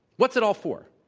what's it all for?